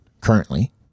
currently